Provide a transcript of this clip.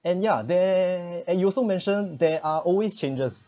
and ya there and you also mention there are always changes